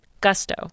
gusto